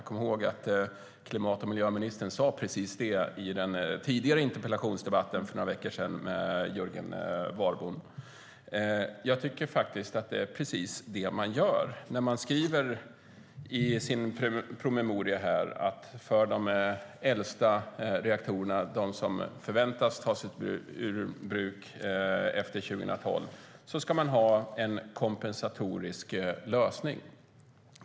Klimat och miljöministern sade precis det i den tidigare interpellationsdebatten för några veckor sedan med Jörgen Warborn.Det är precis det man gör när man skriver sin promemoria att för de äldsta reaktorerna som förväntas tas ur bruk efter 2012 ska man ha en kompensatorisk lösning.